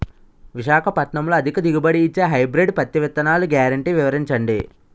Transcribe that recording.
విశాఖపట్నంలో అధిక దిగుబడి ఇచ్చే హైబ్రిడ్ పత్తి విత్తనాలు గ్యారంటీ వివరించండి?